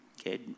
Okay